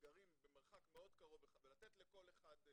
שגרים במרחק מאוד קרוב ולתת לכל אחד.